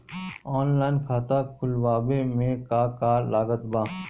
Online खाता खुलवावे मे का का लागत बा?